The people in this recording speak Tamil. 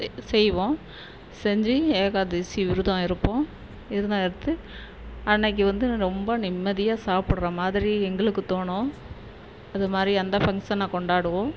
செய்வோம் செஞ்சு ஏகாதசி விரதம் இருப்போம் விரதம் எடுத்து அன்றைக்கு வந்து ரொம்ப நிம்மதியாக சாப்பிட்ற மாதிரி எங்களுக்கு தோணும் அதுமாதிரி அந்த பங்க்ஷனை கொண்டாடுவோம்